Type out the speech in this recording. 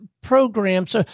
programs